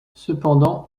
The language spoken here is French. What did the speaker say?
cependant